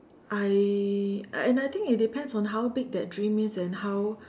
I and I think it depends on how big that dream is and how